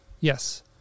yes